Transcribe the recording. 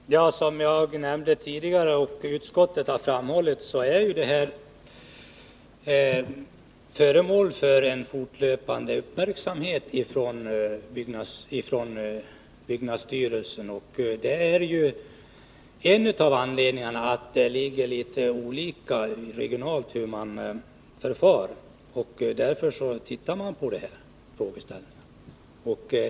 Herr talman! Som jag nämnde tidigare och som utskottet har framhållit, är frågan föremål för fortlöpande uppmärksamhet från byggnadsstyrelsen, bl.a. just av det skälet att förfarandet är litet olika i olika regioner.